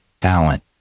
talent